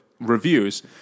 reviews